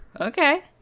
okay